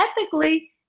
ethically